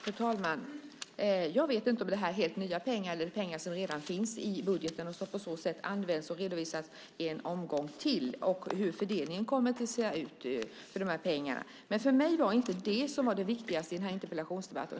Fru talman! Jag vet inte om det är helt nya pengar eller pengar som redan finns i budgeten och som på så sätt används och redovisas en omgång till, hur fördelningen kommer till stånd och hur fördelningen av de här pengarna kommer att se ut. För mig var det inte det som var det viktigaste i den här interpellationsdebatten.